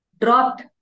dropped